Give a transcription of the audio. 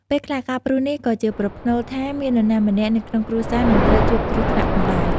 ពេលខ្លះ ការព្រុសនេះក៏ជាប្រផ្នូលថាមាននរណាម្នាក់នៅក្នុងគ្រួសារនឹងត្រូវជួបគ្រោះថ្នាក់ផងដែរ។